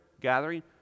gathering